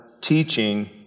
teaching